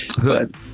Good